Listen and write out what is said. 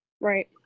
Right